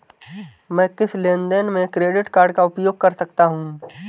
मैं किस लेनदेन में क्रेडिट कार्ड का उपयोग कर सकता हूं?